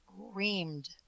reamed